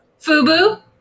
Fubu